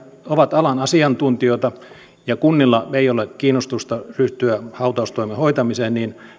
ovat alan asiantuntijoita ja kunnilla ei ole kiinnostusta ryhtyä hautaustoimen hoitamiseen niin